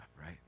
right